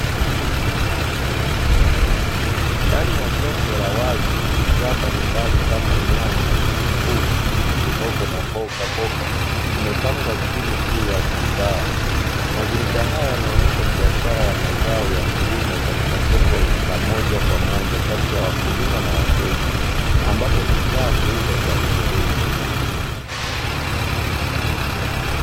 Ndani ya soko la wazi bidhaa mbalimbali kama: nyanya, vitunguu, pilipili hoho na mbogamboga, zimepangwa chini juu ya turubai. Mazingira haya yanaonesha biashara ya mazao ya kilimo katika soko la moja kwa moja, kati ya wakulima na wateja ambapo bidhaa huuzwa kwa rejareja.